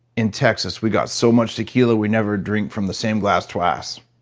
in texas we got so much tequila we never drink from the same glass twice.